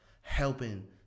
helping